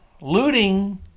looting